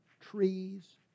Trees